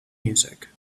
music